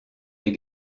des